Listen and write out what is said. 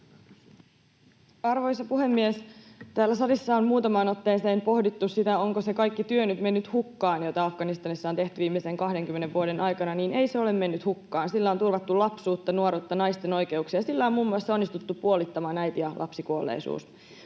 Arvoisa puhemies! Kun täällä salissa on muutamaan otteeseen pohdittu sitä, onko se kaikki työ, jota Afganistanissa on tehty viimeisen 20 vuoden aikana, nyt mennyt hukkaan, niin ei se ole mennyt hukkaan. Sillä on turvattu lapsuutta, nuoruutta, naisten oikeuksia ja sillä on muun muassa onnistuttu puolittamaan äiti- ja lapsikuolleisuus.